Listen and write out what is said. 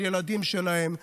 של ילדים שלהם,